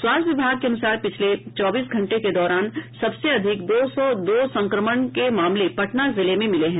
स्वास्थ्य विभाग के अनुसार पिछले चौबीस घंटे के दौरान सबसे अधिक दो सौ दो संक्रमण के मामले पटना जिले में मिले हैं